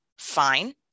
fine